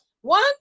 One